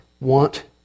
want